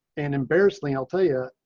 and embarrassing. i'll tell you,